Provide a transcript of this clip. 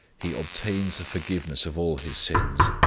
he obtains the forgiveness of all his sins.